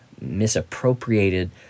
misappropriated